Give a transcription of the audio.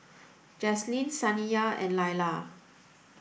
Jaclyn Saniyah and Lila